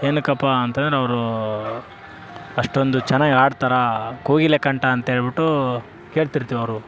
ಏನಕ್ಕಪ್ಪಾ ಅಂತಂದ್ರೆ ಅವರು ಅಷ್ಟೊಂದು ಚೆನ್ನಾಗ್ ಹಾಡ್ತರಾ ಕೋಗಿಲೆ ಕಂಠ ಅಂತೇಳ್ಬುಟ್ಟೂ ಕೇಳ್ತಿರ್ತಿವಿ ಅವರು